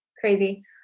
Crazy